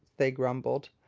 they grumbled.